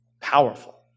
powerful